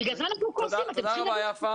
את זה היו צריכים לעשות אתמול, לא היום.